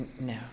No